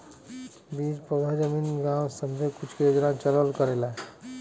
बीज पउधा जमीन गाव सब्बे कुछ के योजना चलल करेला